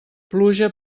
pluja